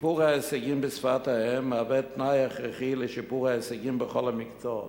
שיפור ההישגים בשפת האם מהווה תנאי הכרחי לשיפור ההישגים בכל המקצועות.